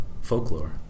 folklore